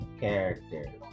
character